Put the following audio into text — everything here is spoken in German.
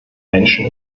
menschen